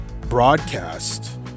broadcast